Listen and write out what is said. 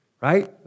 Right